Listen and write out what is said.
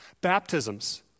Baptisms